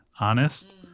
honest